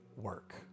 work